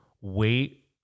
wait